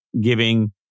giving